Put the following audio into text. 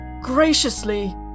graciously